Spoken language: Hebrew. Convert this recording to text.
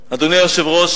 היושב-ראש,